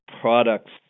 products